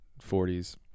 40s